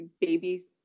baby